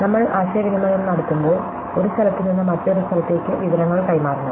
നമ്മൾ ആശയവിനിമയം നടത്തുമ്പോൾ ഒരു സ്ഥലത്ത് നിന്ന് മറ്റൊരു സ്ഥലത്തേക്ക് വിവരങ്ങൾ കൈമാറണം